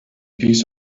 piece